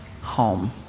home